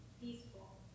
Peaceful